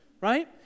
right